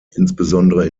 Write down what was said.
insbesondere